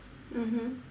mmhmm